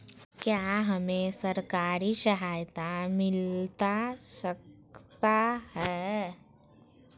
क्या हमे सरकारी सहायता मिलता सकता है?